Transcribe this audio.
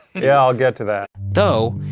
yeah, i'll get to that. though,